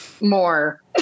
more